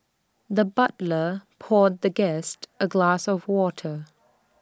the butler poured the guest A glass of water